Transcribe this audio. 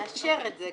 לאשר את זה.